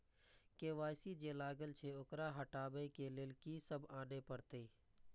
KYC जे लागल छै ओकरा हटाबै के लैल की सब आने परतै?